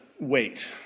wait